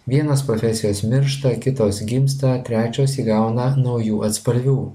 vienos profesijos miršta kitos gimsta trečios įgauna naujų atspalvių